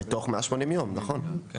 בתוך 180 יום, נכון.